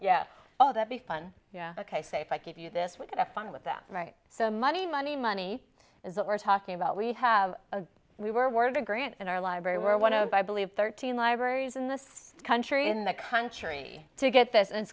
yeah all that the fun yeah ok safe i give you this would have fun with that right so money money money is what we're talking about we have a we were awarded a grant and our library were one of i believe thirteen libraries in this country in the country to get this and it's